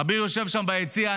אביר יושב שם ביציע,